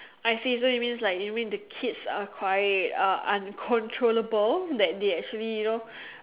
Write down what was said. I see so it's mean like you mean the kids are crying are uncontrollable that they actually you know